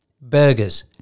burgers